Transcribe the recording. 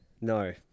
No